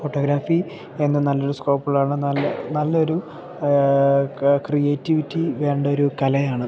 photography എന്ന നല്ലൊരു സ്കോപ്പുള്ളാണ് നല്ല നല്ലൊരു ക്ര ക്രിയേറ്റിവിറ്റി വേണ്ട ഒരു കലയാണ്